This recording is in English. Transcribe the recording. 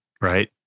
right